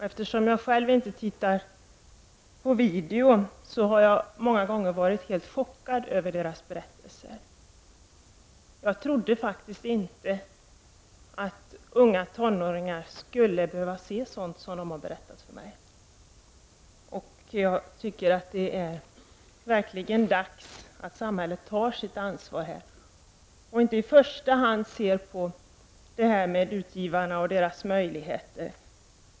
Eftersom jag själv inte tittar på video har jag många gånger blivit helt chockad över deras berättelser. Jag trodde inte att tonåringar skulle behöva se sådant som de har berättat för mig att de har sett. Jag tycker att det verkligen är dags att samhället tar sitt ansvar, och inte i första hand ser till utgivarna och deras möjligheter.